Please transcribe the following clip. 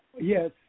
Yes